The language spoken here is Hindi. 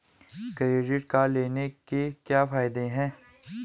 क्रेडिट कार्ड लेने के क्या फायदे हैं?